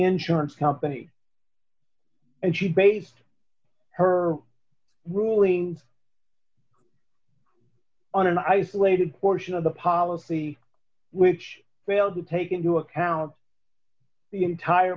insurance company and she based her rulings on an isolated portion of the policy which failed to take into account the entire